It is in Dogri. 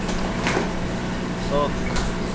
okay sir ji